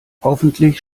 hoffentlich